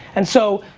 and so,